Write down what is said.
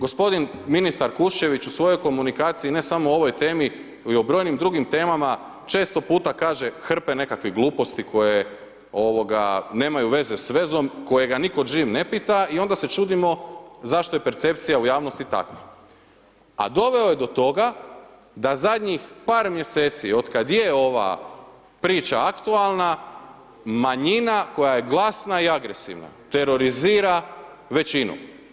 Gospodin ministar Kuščević u svojoj komunikaciji ne samo o ovoj temi i o brojnim drugim temama često puta kaže hrpe nekakvih gluposti koje nemaju veze sa vezom, kojega nitko živ ne pita i onda se čudimo zašto je percepcija u javnosti takva a doveo je do toga da zadnjih par mjeseci otkad je ova priča aktualna manjina koja je glasna i agresivna terorizira većinu.